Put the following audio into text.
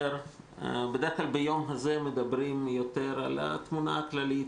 בדרך כלל ביום הזה מדברים יותר על התמונה הכללית,